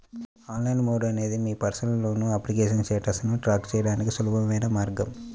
online mode అనేది మీ personal loan application స్టేటస్ను ట్రాక్ చేయడానికి సులభమైన మార్గం